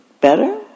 Better